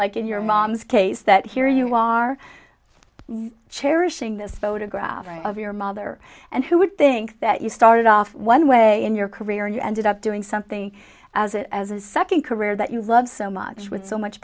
like in your mom's case that here you are cherishing this photograph of your mother and who would think that you started off one way in your career and you ended up doing something as it as a second career that you love so much with so much